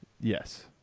Yes